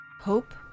hope